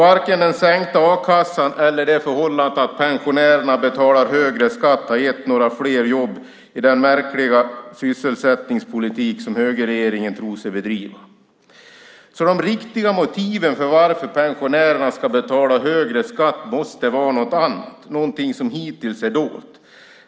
Varken den sänkta a-kassan eller det förhållandet att pensionärerna betalar högre skatt har gett några fler jobb i den märkliga sysselsättningspolitik som högerregeringen tror sig bedriva. De riktiga motiven till att pensionärerna ska betala högre skatt måste vara något annat, någonting som hittills är dolt.